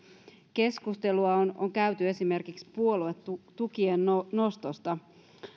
keskustelua on on käyty esimerkiksi puoluetukien nostosta